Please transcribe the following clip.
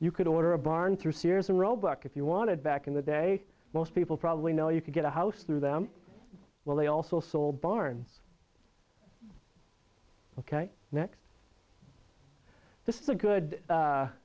you could order a barn through sears and roebuck if you wanted back in the day most people probably know you could get a house through them well they also sold barnes ok next this is a good